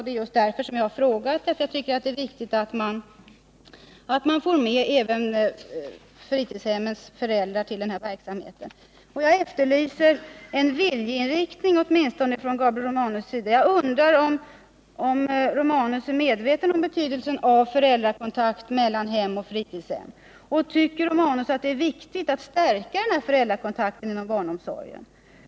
Det är just därför jag har frågat, eftersom jag tycker att det är viktigt att få med även fritidshemsbarnens föräldrar i den här verksamheten. Jag efterlyser åtminstone en viljeinriktning från Gabriel Romanus sida, och jag undrar om Gabriel Romanus är medveten om betydelsen av föräldrakontakt med fritidshemmen. Tycker Gabriel Romanus att det är viktigt att stärka den här kontakten inom barnomsorgen?